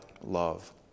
love